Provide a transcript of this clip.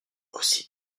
aussi